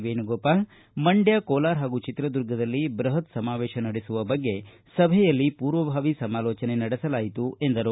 ವೇಣುಗೋಪಾಲ್ ಮಂಡ್ಯ ಕೋಲಾರ ಹಾಗೂ ಚಿತ್ರದುರ್ಗದಲ್ಲಿ ಬೃಹತ್ ಸಮಾವೇಶ ನಡೆಸುವ ಬಗ್ಗೆ ಸಭೆಯಲ್ಲಿ ಪೂರ್ವಭಾವಿ ಸಮಾಲೋಚನೆ ನಡೆಸಲಾಗಿದೆ ಎಂದರು